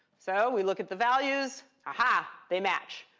so we look at the values. aha, they match.